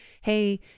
hey